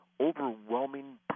overwhelming